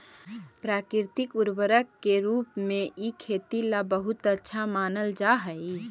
प्राकृतिक उर्वरक के रूप में इ खेती ला बहुत अच्छा मानल जा हई